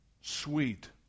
sweet